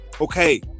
okay